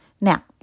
Now